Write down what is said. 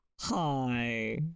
Hi